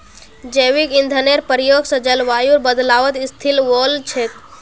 जैविक ईंधनेर प्रयोग स जलवायुर बदलावत स्थिल वोल छेक